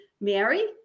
Mary